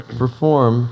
perform